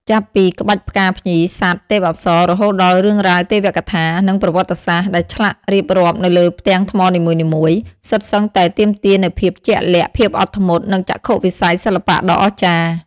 ចាប់ពីក្បាច់ផ្កាភ្ញី សត្វ ទេពអប្សរ រហូតដល់រឿងរ៉ាវទេវកថា និងប្រវត្តិសាស្ត្រ ដែលឆ្លាក់រៀបរាប់នៅលើផ្ទាំងថ្មនីមួយៗ សុទ្ធសឹងតែទាមទារនូវភាពជាក់លាក់ ភាពអត់ធ្មត់ និងចក្ខុវិស័យសិល្បៈដ៏អស្ចារ្យ។